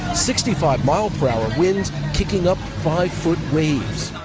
sixty five mile per hour winds kicking up five-foot waves.